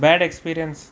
bad experience